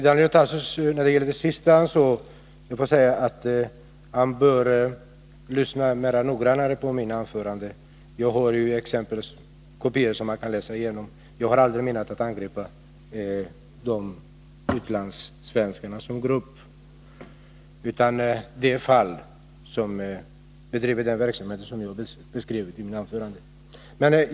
Herr talman! Beträffande Daniel Tarschys påstående i slutet av det senaste anförandet vill jag säga att han bör lyssna noggrannare till mina anföranden. Jag har aldrig avsett att angripa utlandssvenskarna som grupp. Däremot har jag angripit de handlingar som vissa av dem har gjort sig skyldiga till.